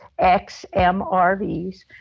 XMRVs